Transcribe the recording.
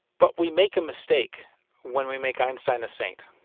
but we make a mistake when we make einstein a saint.